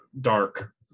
dark